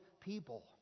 people